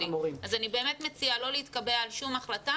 אני באמת מציעה לא להתקבע על שום החלטה